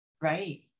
Right